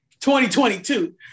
2022